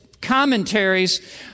Commentaries